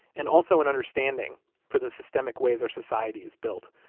and also an understanding for the systemic ways our society is built,